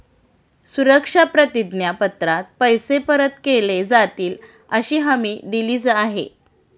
सुरक्षा प्रतिज्ञा पत्रात पैसे परत केले जातीलअशी हमी दिली आहे